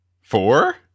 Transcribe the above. Four